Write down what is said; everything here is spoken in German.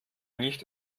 nicht